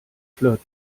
flirt